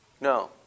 No